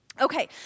Okay